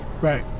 Right